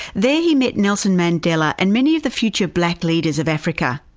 there he met nelson mandela and many of the future black leaders of africa.